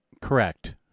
Correct